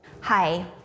Hi